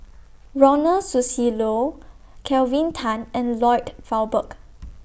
Ronald Susilo Kelvin Tan and Lloyd Valberg